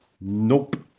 Nope